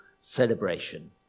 celebration